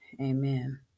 amen